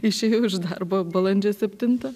išėjau iš darbo balandžio septintą